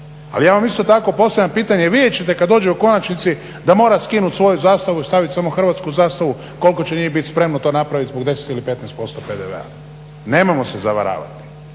ali ja vam isto tako postavljam pitanje vidjet ćete kad dođe u konačnici da mora skinuti svoju zastavu i staviti samo hrvatsku zastavu koliko će njih biti spremno to napraviti zbog 10 ili 15% PDV-a. Nemojmo se zavaravati,